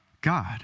God